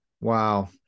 Wow